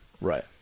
Right